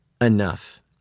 enough